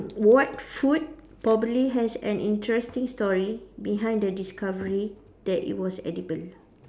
what food probably has an interesting story behind the discovery that it was edible